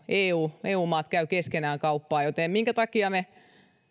eu eu maat käyvät keskenään kuusikymmentä prosenttia kauppaa joten minkä takia me